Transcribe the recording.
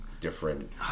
different